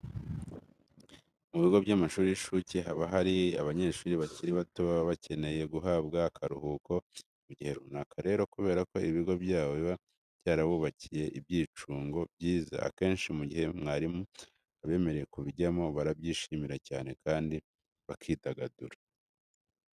Mu bigo by'amashuri y'incuke haba hari abanyeshuri bakiri bato baba bakeneye guhabwa akaruhuko mu gihe runaka. Rero kubera ko ibigo byabo biba byarabubakiye ibyicungo byiza, akenshi mu gihe mwarimu abemereye kubijyamo, barabyishimira cyane kandi bakidagadura.